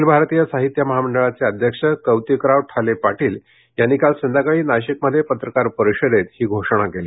अखिल भारतीय साहित्य महामंडळाचे अध्यक्ष कौतिकराव ठाले पाटील यांनी काल संध्याकाळी नाशिकमध्ये पत्रकार परिषदेत ही घोषणा केली